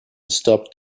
stopped